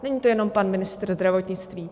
Není to jenom pan ministr zdravotnictví.